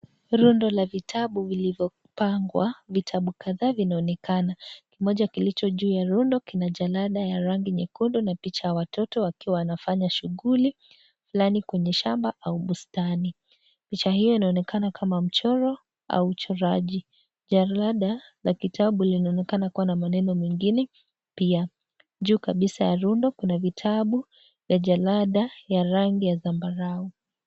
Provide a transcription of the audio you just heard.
Rundo la vitabu vilivyopangwa. Vitabu kadhaa vinaonekana. Kimoja kilicho juu ya rundo kina jalada ya rangi nyekundu na picha ya watoto wakiwa wanafanya shughuli fulani kwenye shamba au bustani. Picha hiyo inaonekana kama mchoro au uchoraji. Jalada la kitabu linaonekana kuwa na maneno mengine pia. Juu kabisa ya rundo kuna vitabu vya jalada ya rangi ya zambarau.